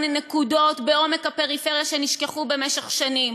נקודות בעומק הפריפריה שנשכחו במשך שנים,